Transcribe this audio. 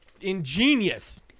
ingenious